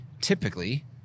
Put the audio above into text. typically